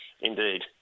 Indeed